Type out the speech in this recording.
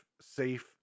safe